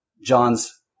John's